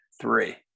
Three